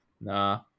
Nah